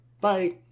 Bye